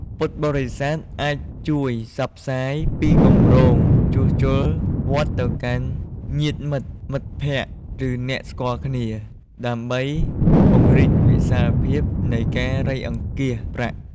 ពុទ្ធបរិស័ទអាចជួយផ្សព្វផ្សាយពីគម្រោងជួសជុលវត្តទៅកាន់ញាតិមិត្ត មិត្តភក្តិ ឬអ្នកស្គាល់គ្នា ដើម្បីពង្រីកវិសាលភាពនៃការរៃអង្គាសប្រាក់។